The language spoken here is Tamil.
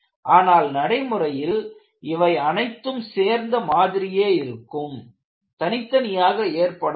ஆனால் நடைமுறையில் இவை அனைத்தும் சேர்ந்த மாதிரியே இருக்கும் தனித்தனியாக ஏற்படாது